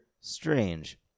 strange